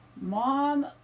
mom